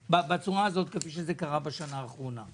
בצורה הזאת כפי שזה קרה בשנה האחרונה.